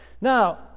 Now